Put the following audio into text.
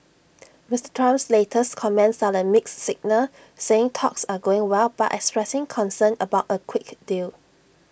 Mister Trump's latest comments are A mixed signal saying talks are going well but expressing concern about A quick deal